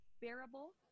bearable